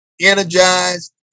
energized